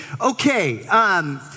Okay